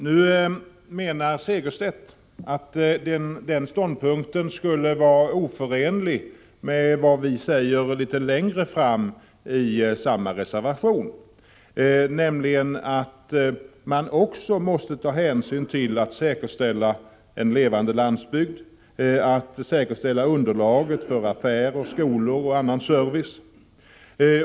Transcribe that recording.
Nu menar Martin Segerstedt att den ståndpunkten är oförenlig med vad vi säger litet längre fram i samma reservation, nämligen att man också måste ta hänsyn till att säkerställa en levande landsbygd och att säkerställa underlaget för affärer, skolor och annan service.